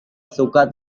suka